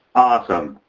awesome.